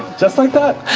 just like that?